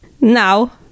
now